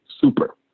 super